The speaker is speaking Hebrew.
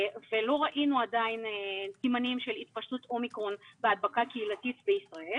ולא ראינו עדיין סימנים של התפשטות אומיקרון והדבקה קהילתית בישראל.